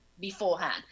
beforehand